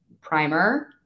primer